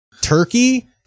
Turkey